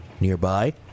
Nearby